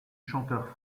chanteur